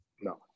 No